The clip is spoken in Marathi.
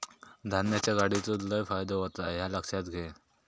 धान्याच्या गाडीचो लय फायदो होता ह्या लक्षात घे